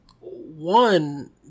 one